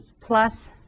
plus